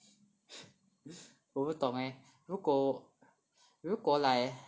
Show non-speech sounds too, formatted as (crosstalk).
(laughs) 我不懂如果我如果 like